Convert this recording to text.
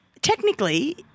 technically